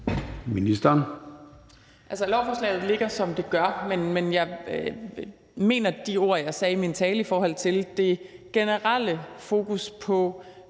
Ministeren.